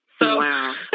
Wow